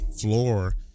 Floor